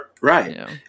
Right